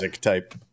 type